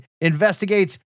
investigates